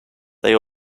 they